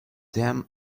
them